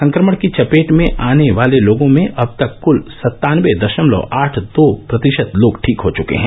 संक्रमण की चपेट में आने वाले लोगों में से अब तक क्ल सत्तानवे दशमलव आठ दो प्रतिशत लोग ठीक हो चुके हैं